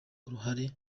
uruhare